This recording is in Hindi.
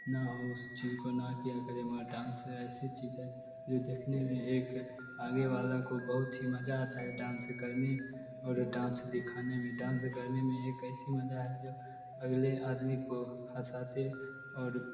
न हों उस चीज़ को न किया करे मगर डांस ऐसी चीज़ है जो देखने में एक आगे वाला को बहुत ही मज़ा आता है डांस करने और डांस दिखाने में डांस करने में एक ऐसी मज़ा है जो अगले आदमी को हँसाते और